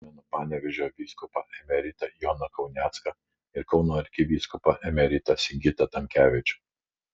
prisimenu panevėžio vyskupą emeritą joną kaunecką ir kauno arkivyskupą emeritą sigitą tamkevičių